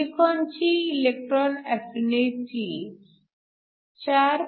सिलिकॉनची electron affinity 4